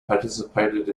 participated